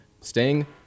Sting